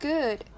Good